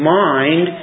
mind